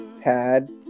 pad